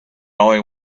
only